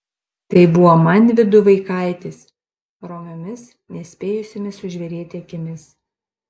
tai buvo manvydų vaikaitis romiomis nespėjusiomis sužvėrėti akimis